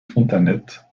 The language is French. fontanettes